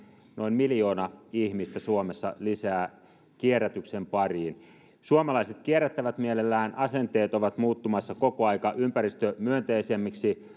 noin miljoona ihmistä suomessa lisää kierrätyksen pariin suomalaiset kierrättävät mielellään asenteet ovat muuttumassa koko ajan ympäristömyönteisemmiksi